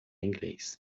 inglês